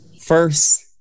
first